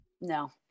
No